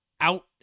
out